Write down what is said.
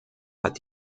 hat